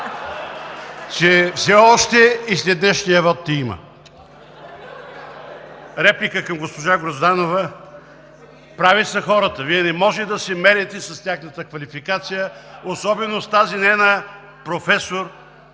че все още и след днешния вот те има! (Смях в ГЕРБ.) Реплика към госпожа Грозданова. Прави са хората, Вие не можете да се мерите с тяхната квалификация, особено с тази не на професор,